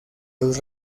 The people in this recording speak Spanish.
los